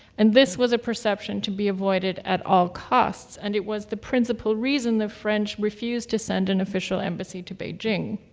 and this was a perception to be avoided at all costs and it was the principal reason the french refused to send an official embassy to beijing.